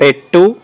పెట్టు